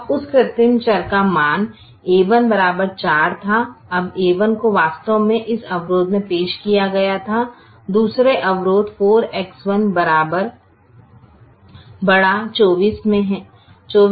अब उस कृत्रिम चर का मान a1 4 था अब a1 को वास्तव में इस अवरोध में पेश किया गया था दूसरे अवरोध 4X1 ≥ 24 में